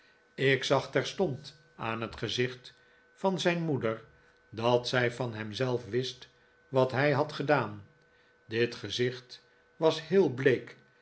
ik zag terstond aan het gezicht van zijn moeder dat zij van hem zelf wist wat hij had gedaan dit gezicht was heel bleek